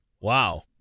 Wow